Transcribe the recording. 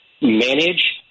manage